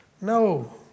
No